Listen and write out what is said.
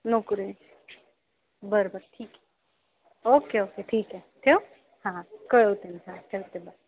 नोकरी बरं बरं ठीक ओके ओके ठीक आहे ठेवू हां हां कळवते मी हां ठेवते बाय